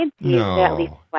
No